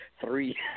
three